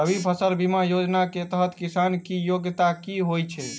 रबी फसल बीमा योजना केँ तहत किसान की योग्यता की होइ छै?